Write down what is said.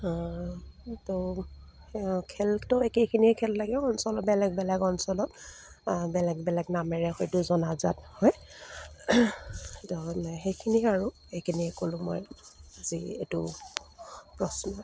তো খেলটো একেখিনিয়ে খেল লাগে অঞ্চল বেলেগ বেলেগ অঞ্চলত বেলেগ বেলেগ নামেৰে হয়তো জনাজাত হয় তো মানে সেইখিনিয়ে আৰু এইখিনিয়ে ক'লোঁ মই যি এইটো প্ৰশ্ন